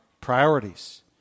priorities